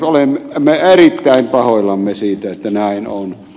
olemme erittäin pahoillamme siitä että näin on